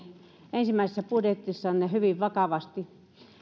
ensimmäisessä budjetissanne hyvin vakavasti